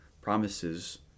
promises